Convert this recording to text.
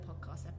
podcast